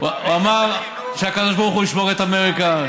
הוא אמר שהקדוש ברוך הוא ישמור את אמריקה,